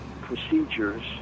procedures